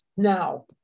Now